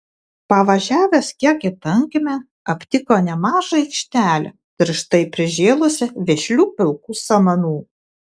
pavažiavęs kiek į tankmę aptiko nemažą aikštelę tirštai prižėlusią vešlių pilkų samanų